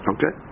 Okay